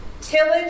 tillage